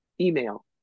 email